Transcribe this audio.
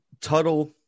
Tuttle